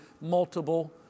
multiple